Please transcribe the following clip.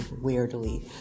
weirdly